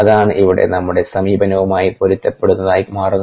അതാണ് ഇവിടെ നമ്മുടെ സമീപനവുമായി പൊരുത്തപ്പെടുന്നതായി മാറുന്നത്